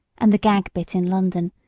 and the gag bit in london,